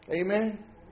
Amen